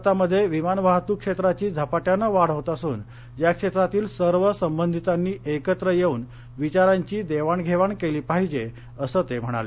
भारतामध्ये विमान वाहतूक क्षेत्राची झपाट्यानं वाढ होत असून या क्षेत्रातील सर्व संबंधितांनी एकत्र येऊन विचारांची देवाण घेवाण केली पाहिजे असं ते म्हणाले